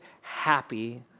happy